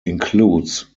includes